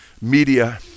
media